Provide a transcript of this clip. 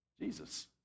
Jesus